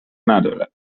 ندارد